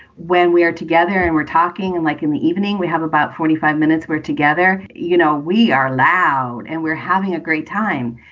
when we are together and we're talking and like in the evening, we have about forty five minutes. we're together, you know, we are loud and we're having a great time.